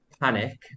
panic